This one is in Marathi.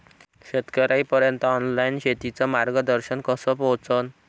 शेतकर्याइपर्यंत ऑनलाईन शेतीचं मार्गदर्शन कस पोहोचन?